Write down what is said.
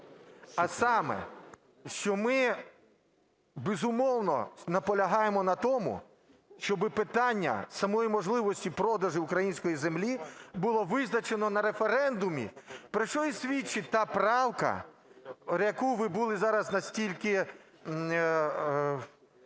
а саме, що ми, безумовно, наполягаємо на тому, щоби питання самої можливості продажу української землі було визначено на референдумі, про що і свідчить та правка, яку ви були зараз настільки...